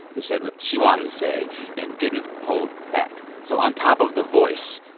who said what she wanted to say and didn't hold back. so on top of the voice,